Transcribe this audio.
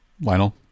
Lionel